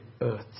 earth